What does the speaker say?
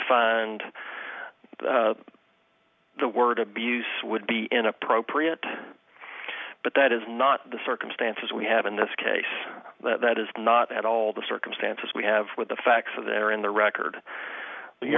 find the word abuse would be inappropriate but that is not the circumstances we have in this case that is not at all the circumstances we have with the facts are there in the record when